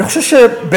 אני חושב שבאמת,